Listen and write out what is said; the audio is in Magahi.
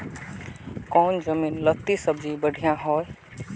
कौन जमीन लत्ती सब्जी बढ़िया हों?